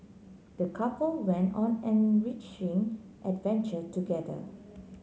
the couple went on enriching adventure together